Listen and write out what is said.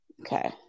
Okay